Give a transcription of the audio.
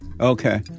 Okay